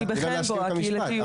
תני לה להשלים את המשפט.